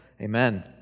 Amen